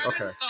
Okay